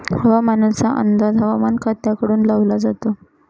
हवामानाचा अंदाज हवामान खात्याकडून लावला जातो